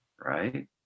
right